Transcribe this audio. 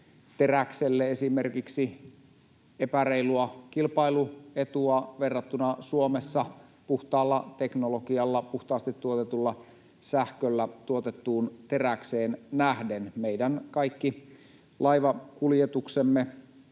teräkselle esimerkiksi epäreilua kilpailuetua verrattuna Suomessa puhtaalla teknologialla, puhtaasti tuotetulla sähköllä tuotettuun teräkseen nähden. Meidän kaikki laivakuljetuksemme